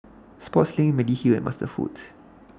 Sportslink Mediheal and MasterFoods